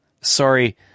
Sorry